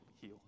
heal